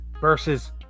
versus